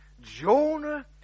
Jonah